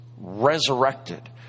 resurrected